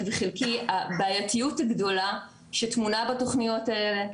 וחלקי, הבעייתיות הגדולה שטמונה בתוכניות האלה,